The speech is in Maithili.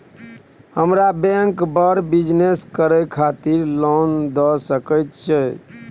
हमरा बैंक बर बिजनेस करे खातिर लोन दय सके छै?